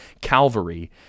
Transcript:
Calvary